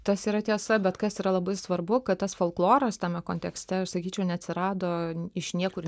tas yra tiesa bet kas yra labai svarbu kad tas folkloras tame kontekste aš sakyčiau neatsirado iš niekur